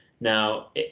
Now